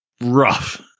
rough